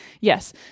Yes